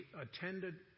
attended